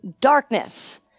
darkness